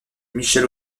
michel